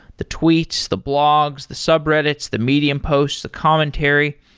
the tweets, the blogs, the subreddits, the medium posts, the commentary.